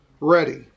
ready